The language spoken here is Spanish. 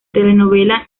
telenovela